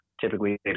typically